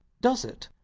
does it!